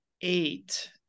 eight